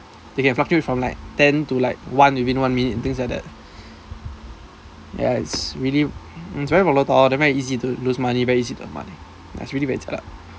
they can fluctuate from like ten to like one within one minute things like that ya it's really it's very volatile then very easy to lose money very easy to earn it's really very jialat